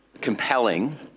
compelling